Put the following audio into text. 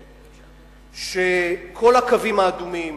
אני רוצה להגיד לכם שכל הקווים האדומים